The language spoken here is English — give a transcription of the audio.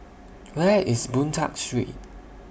Where IS Boon Tat Street